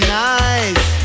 nice